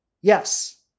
Yes